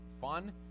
fun